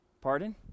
Pardon